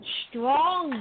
strong